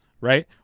right